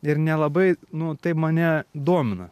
ir nelabai nu tai mane domina